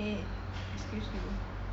eh excuse you